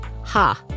Ha